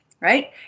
right